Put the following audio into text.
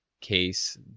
case